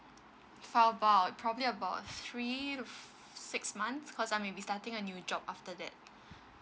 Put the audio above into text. for how about probably about three to six months cause I may be starting a new job after that